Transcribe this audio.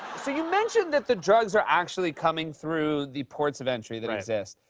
so you mentioned that the drugs are actually coming through the ports of entry that exist.